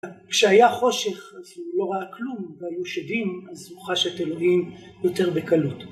כשהיה חושך, והוא לא ראה כלום, והיו שדים, אז הוא חש את אלוהים יותר בקלות.